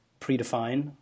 predefine